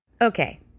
Okay